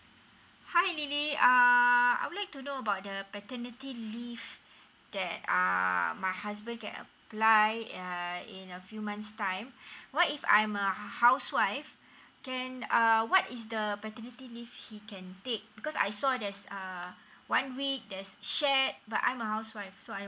hi lily uh I would like to know about the paternity leave that um my husband get apply uh in a few months time what if I'm a housewife can err what is the paternity leave he can take because I saw there's uh one week there's share but I'm a housewife so I